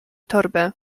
torbę